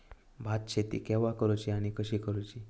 भात शेती केवा करूची आणि कशी करुची?